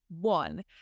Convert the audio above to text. one